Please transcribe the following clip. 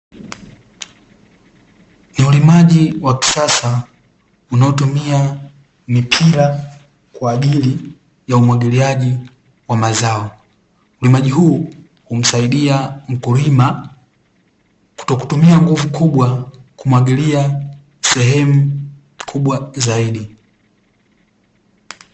Ni ulimaji wa kisasa unaotumia mipira kwa ajili ya umwagiliaji wa mazao, ulimaji huu humsaidia mkulima kutokutumia nguvu kubwa, kumwagilia sehemu kubwa zaidi.